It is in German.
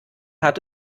hat